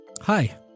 Hi